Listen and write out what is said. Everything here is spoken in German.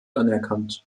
anerkannt